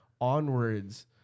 onwards